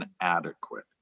inadequate